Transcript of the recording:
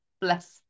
Bless